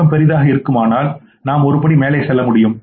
நோக்கம்பெரிதாக இருக்குமானால் நாம் ஒரு படி மேலே செல்லலாம்